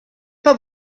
pas